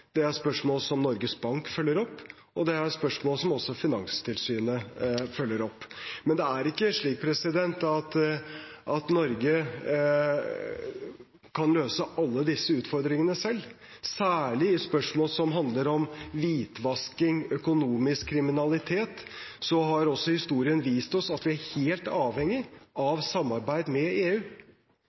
Det er spørsmål som Norges Bank følger opp, og det er spørsmål som også Finanstilsynet følger opp. Men det er ikke slik at Norge kan løse alle disse utfordringene selv. Særlig i spørsmål som handler om hvitvasking og økonomisk kriminalitet, har historien vist oss at vi er helt avhengig av samarbeid med EU.